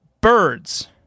birds